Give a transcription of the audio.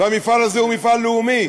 והמפעל הזה הוא מפעל לאומי,